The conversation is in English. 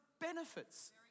benefits